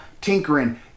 tinkering